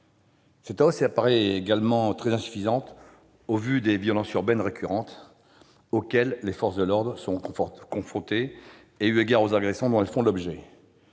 Cette hausse apparaît également très insuffisante au vu des violences urbaines récurrentes auxquelles les forces de l'ordre sont confrontées et eu égard aux agressions dont elles font l'objet.